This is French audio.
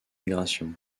migrations